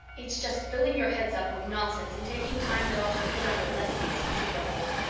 it's just filling your heads up with nonsense and taking time that ought to be put on your lessons, she grumbled.